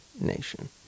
nation